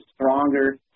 stronger